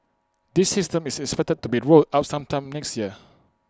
this system is expected to be rolled out sometime next year